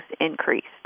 increased